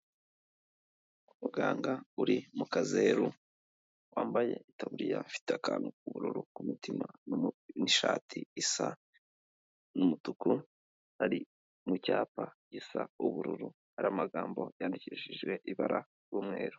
Umuganga uri mukazeru, wambaye itaburiya ifite akantu k'ubururu ku mutima n'ishati isa n'umutuku, ari mu cyapa gisa ubururu, hari amagambo yandikishije ibara ry'umweru.